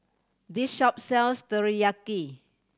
this shop sells Teriyaki